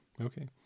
Okay